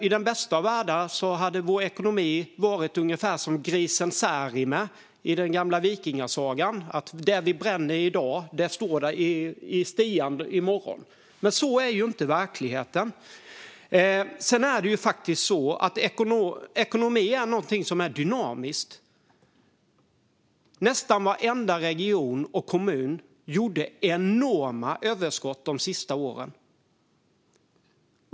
I den bästa av världar hade vår ekonomi varit ungefär som grisen Särimner i den gamla vikingasagan, så att det som vi brände i dag står i stian i morgon. Men sådan är ju inte verkligheten. Sedan är det faktiskt så att ekonomi är någonting som är dynamiskt. Nästan varenda region och kommun har gjort enorma överskott de senaste åren.